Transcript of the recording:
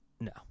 No